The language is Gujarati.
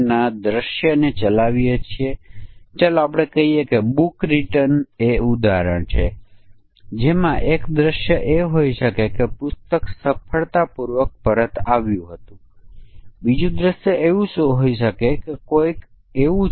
ફંક્શન ફરીથી ચૂકવવાપાત્ર વ્યાજ દર્શાવે છે પરંતુ અહીં બે પરિમાણો છે એક મૂળ રકમ છે અને બીજું ડિપોઝિટ અવધિ છે